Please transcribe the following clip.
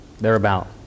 thereabout